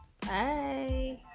Bye